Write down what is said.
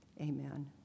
amen